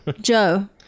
Joe